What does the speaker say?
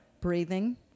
Breathing